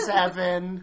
seven